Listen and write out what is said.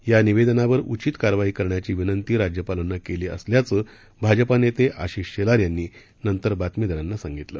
या निवेदनावर उचित कारवाई करण्याची विनंती राज्यपालांना केली असल्याचं भाजपा नेते आशिष शेलार यांनी नंतर बातमीदारांना सांगितलं